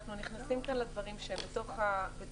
אנחנו נכנסים כאן לדברים שהם בתוך ההליכים